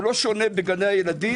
הוא לא שונה בגני בילדים